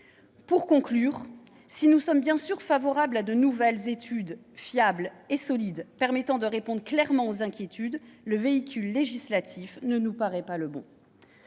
granulats. Si nous sommes évidemment favorables à de nouvelles études fiables et solides permettant de répondre clairement aux inquiétudes, le véhicule législatif ne nous paraît pas le bon.